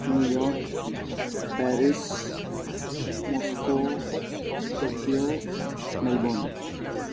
New York Paris Moscow Tokyo Melbourne